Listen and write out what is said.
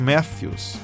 Matthews